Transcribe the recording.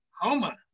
Homa